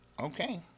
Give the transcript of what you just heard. Okay